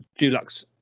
Dulux